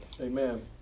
Amen